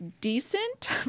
decent